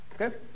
Okay